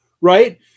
right